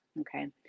okay